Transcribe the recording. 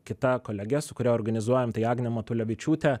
kita kolege su kuria organizuojam tai agne matulevičiūte